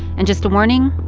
and just a warning,